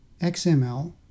XML